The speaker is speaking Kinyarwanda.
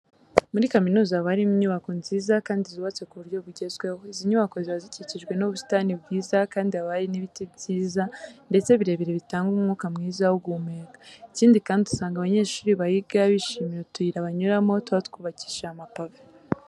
Muri kaminuza haba harimo inyubako nziza kandi zubatse ku buryo bugezweho. Izi nyubako ziba zikikijwe n'ubusitani bwiza kandi haba hari n'ibiti byiza ndetse birebire bitanga umwuka mwiza wo guhumeka. Ikindi kandi, usanga abanyeshuri bahiga bishimira utuyira banyuramo tuba twubakishije amapave.